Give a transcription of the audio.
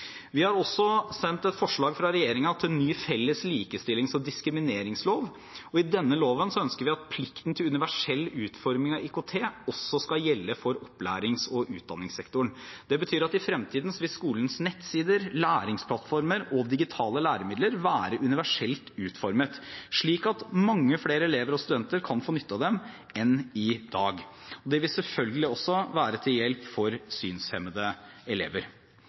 Vi har også sendt et forslag fra regjeringen til ny felles likestillings- og diskrimineringslov, og i denne loven ønsker vi at plikten til universell utforming av IKT også skal gjelde for opplærings- og utdanningssektoren. Det betyr at i fremtiden vil skolens nettsider, læringsplattformer og digitale læremidler være universelt utformet, slik at mange flere elever og studenter kan få nytte av dem enn i dag. Det vil selvfølgelig også være til hjelp for synshemmede elever.